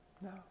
no